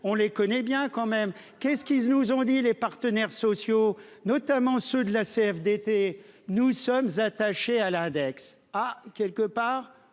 on les connaît bien, quand même, qu'est-ce qui nous ont dit les partenaires sociaux, notamment ceux de la CFDT. Nous sommes attachés à l'index ah quelque part